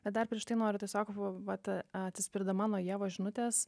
bet dar prieš tai noriu tiesiog vat atsispirdama nuo ievos žinutės